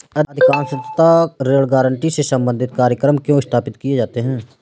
अधिकांशतः ऋण गारंटी से संबंधित कार्यक्रम क्यों स्थापित किए जाते हैं?